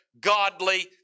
Godly